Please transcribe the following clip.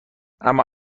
اما